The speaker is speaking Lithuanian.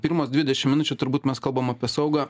pirmas dvidešimt minučių turbūt mes kalbam apie saugą